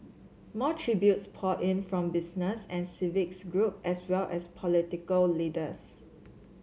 more tributes poured in from business and civic groups as well as political leaders